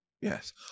yes